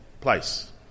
place